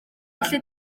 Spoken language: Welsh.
felly